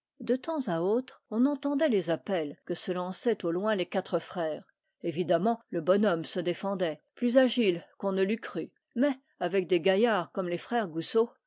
de temps à autre on entendait les appels que se lançaient au loin les quatre frères évidemment le bonhomme se défendait plus agile qu'on ne l'eût cru mais avec des gaillards comme les frères goussot